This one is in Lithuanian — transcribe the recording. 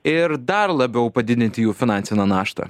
ir dar labiau padidinti jų finansinę naštą